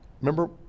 Remember